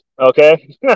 okay